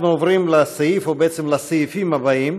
אנחנו עוברים לסעיפים הבאים.